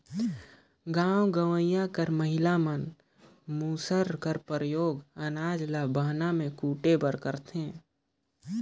गाँव गंवई कर महिला मन मूसर कर परियोग अनाज ल बहना मे कूटे बर करथे